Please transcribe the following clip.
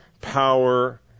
power